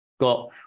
got